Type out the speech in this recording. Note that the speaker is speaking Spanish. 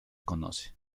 conoce